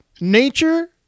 nature